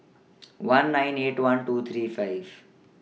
one nine eight one two three five